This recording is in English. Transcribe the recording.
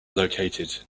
located